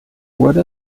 wurde